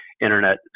Internet